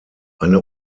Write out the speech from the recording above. eine